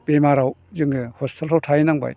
बेमाराव जोङो हस्पितालफ्राव थाहैनांबाय